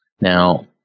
Now